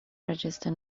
register